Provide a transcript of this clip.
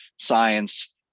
science